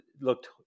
looked